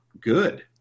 good